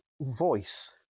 voice